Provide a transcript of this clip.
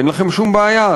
אין לכם שום בעיה,